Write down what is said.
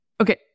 Okay